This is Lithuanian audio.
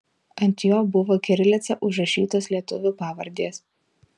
ant jo buvo kirilica užrašytos lietuvių pavardės